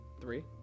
three